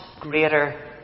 greater